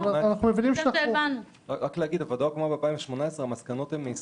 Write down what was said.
מבינים --- הוועדה אכן הוקמה ב-2018 אך המסקנות הן מ-2021,